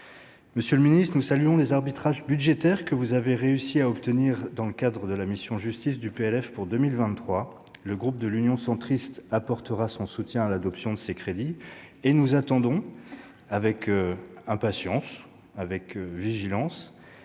Monsieur le garde des sceaux, nous saluons les arbitrages budgétaires que vous avez réussi à obtenir dans le cadre de la mission « Justice » du PLF pour 2023. Le groupe Union Centriste apportera donc son soutien à ses crédits, et nous attendons avec impatience et vigilance